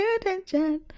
attention